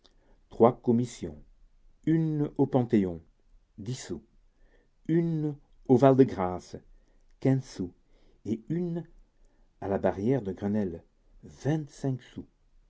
trois commissions une au panthéon dix sous une au val-de-grâce quinze sous et une à la barrière de grenelle vingt-cinq sous